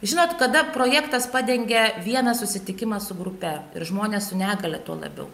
žinot kada projektas padengia vieną susitikimą su grupe ir žmonės su negalia tuo labiau